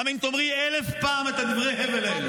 גם אם תאמרי אלף פעם את דברי ההבל האלה.